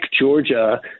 Georgia